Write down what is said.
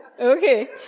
Okay